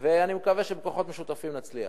ואני מקווה שבכוחות משותפים נצליח.